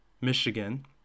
michigan